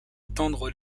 étendre